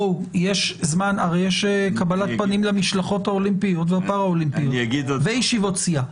יש קבלת פנים למשלחות האולימפיות והפרה-אולימפיות וישיבות סיעה.